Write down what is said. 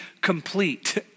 complete